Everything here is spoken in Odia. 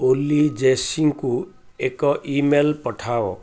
ଓଲି ଜେସିଙ୍କୁ ଏକ ଇମେଲ୍ ପଠାଅ